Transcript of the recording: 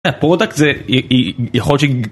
אה, פרודקט זה... יכול להיות ש...